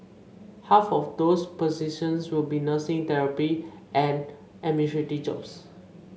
half of those positions will be nursing therapy and administrative jobs